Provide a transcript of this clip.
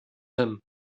him